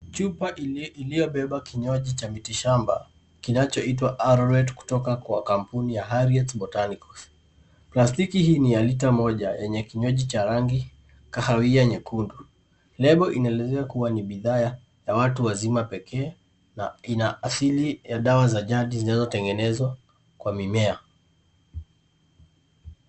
Chupa iliyobeba kinywaji cha mitishamba kinachoitwa Arrowred kutoka kwa kampuni ya Harriet Botanicals. Plastiki hii ni ya lita moja yenye kinywaji cha rangi kahawia nyekundu. Lebo inaelezea kuwa ni bidhaa ya watu wazima pekee na ina asili ya dawa za jadi zilizotengenezwa kwa mimea.